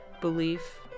belief